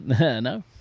no